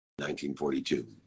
1942